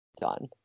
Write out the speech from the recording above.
done